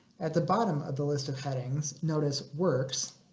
at the bottom of the list of headings, notice works